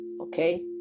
Okay